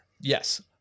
Yes